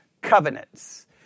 covenants